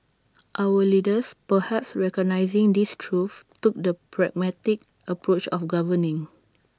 our leaders perhaps recognising this truth took the pragmatic approach of governing